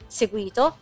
seguito